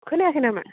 खोनायाखै नामा